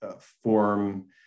form